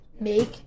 make